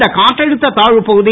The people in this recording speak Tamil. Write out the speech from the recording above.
இந்த காற்றழுத்த தாழ்வு பகுதி